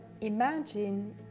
imagine